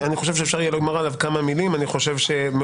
אני חושב שאפשר יהיה לומר עליו כמה מילים.